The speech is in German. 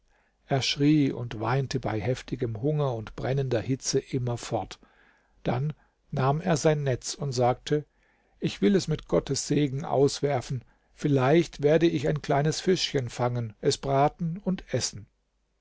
er schrie und weinte bei heftigem hunger und brennender hitze immerfort dann nahm er sein netz und sagte ich will es mit gottes segen auswerfen vielleicht werde ich ein kleines fischchen fangen es braten und essen